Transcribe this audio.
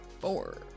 Four